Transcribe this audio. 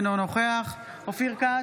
אינו נוכח אופיר כץ,